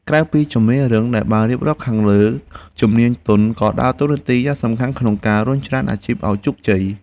ក្រៅពីជំនាញរឹងដែលបានរៀបរាប់ខាងលើ ជំនាញទន់ក៏ដើរតួនាទីយ៉ាងសំខាន់ក្នុងការរុញច្រានអាជីពឱ្យជោគជ័យ។